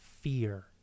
fear